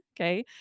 Okay